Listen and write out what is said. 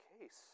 case